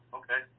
okay